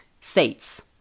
states